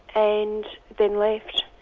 and then left.